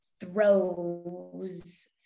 throws